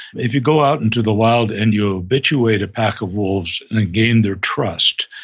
if you go out into the wild and you habituate a pack of wolves and gain their trust,